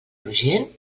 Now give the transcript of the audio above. rogenc